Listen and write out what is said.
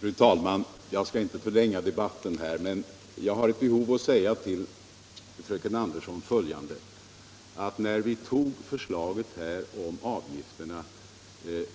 Fru talman! Jag vill inte förlänga debatten, men jag har ett behov av att säga följande till fröken Andersson. När vi antog förslaget om avgifter